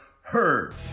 heard